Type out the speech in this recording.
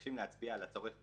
מבקשים להצביע על הצורך באיזון.